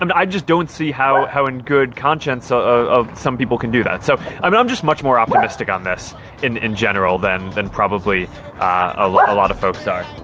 and i just don't see how how in good conscience so some people can do that. so i'm i'm just much more optimistic on this in in general than than probably a lot lot of folks are.